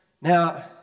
Now